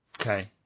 Okay